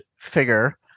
figure